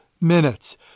minutes